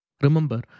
Remember